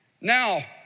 Now